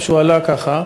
שהוא עלה ככה,